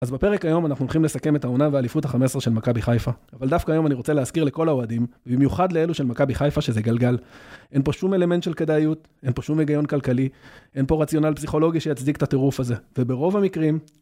אז בפרק היום אנחנו הולכים לסכם את העונה והאליפות ה-15 של מכבי חיפה, אבל דווקא היום אני רוצה להזכיר לכל האוהדים, ובמיוחד לאלו של מכבי חיפה שזה גלגל. אין פה שום אלמנט של כדאיות, אין פה שום היגיון כלכלי, אין פה רציונל פסיכולוגי שיצדיק את הטירוף הזה. וברוב המקרים...